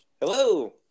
Hello